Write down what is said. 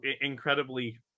incredibly